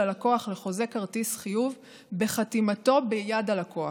הלקוח לחוזה כרטיס חיוב בחתימתו ביד הלקוח.